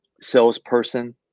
salesperson